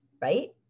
Right